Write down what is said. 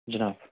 جناب